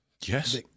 Yes